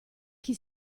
chi